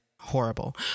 horrible